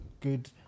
good